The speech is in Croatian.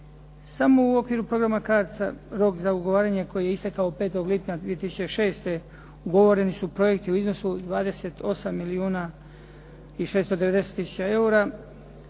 Samo u okviru programa CARDS-a rok za ugovaranje koji je istekao 5. lipnja 2006. ugovoreni su projekti u iznosu 28 milijuna i 690 tisuća